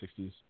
60s